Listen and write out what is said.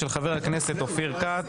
של חה"כ אופיר כץ,